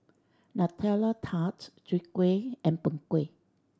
Nutella Tart Chwee Kueh and Png Kueh